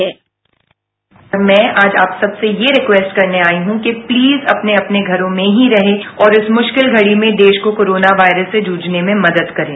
sound bite मैं आज आप सबसे यह रिकवेस्ट करने आई हूं कि प्लीज अपने अपने घरों में ही रहें और इस मुश्किल घड़ी में देश को कोरोना वायरस सेजूझने में मदद करें